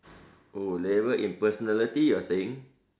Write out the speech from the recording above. oh label in personality you're saying